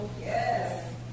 Yes